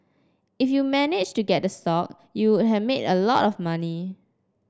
if you managed to get the stock you have made a lot of money